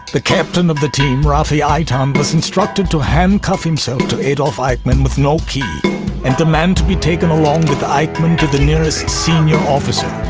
the captain of the team, rafi eitan, was instructed to handcuff himself to adolph eichmann with no key and demand to be taken along with eichmann to the nearest senior officer,